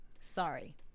sorry